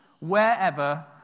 wherever